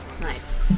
Nice